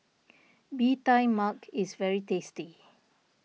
Bee Tai Mak is very tasty